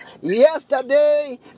yesterday